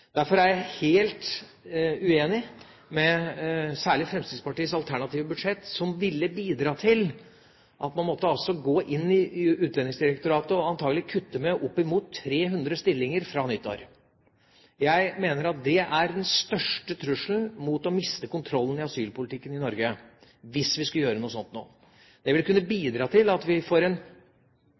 jeg helt uenig med særlig Fremskrittspartiets alternative budsjett, som ville bidratt til at man måtte gå inn i Utlendingsdirektoratet og antagelig kutte med oppimot 300 stillinger fra nyttår. Jeg mener at det er den største trusselen med tanke på å miste kontrollen i asylpolitikken i Norge, hvis vi skulle gjøre noe sånt. Det ville kunne bidra til at vi får en